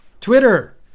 Twitter